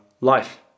life